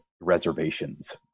reservations